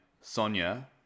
Sonya